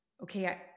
okay